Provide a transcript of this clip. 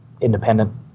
independent